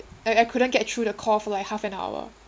I I couldn't get through the call for like half an hour